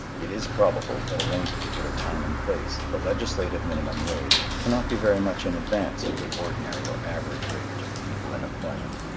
it is probable that at any particular time and place the legislative minimum wage cannot be very much in advance of the ordinary or average wage of the people in employment.